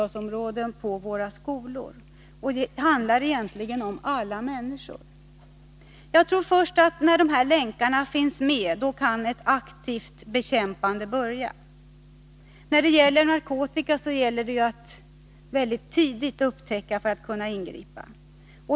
Det handlar egentligen om alla människor. Jag tror att först när alla länkar finns med kan ett aktivt narkotikabekämpande börja. Det gäller att tidigt upptäcka för att kunna ingripa.